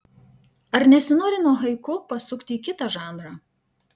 ar nesinori nuo haiku pasukti į kitą žanrą